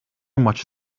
much